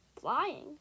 Flying